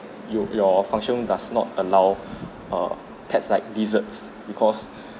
you your function does not allow err pets like lizards because